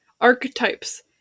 Archetypes